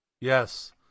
Yes